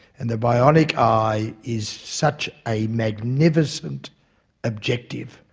and the bionic eye is such a magnificent objective,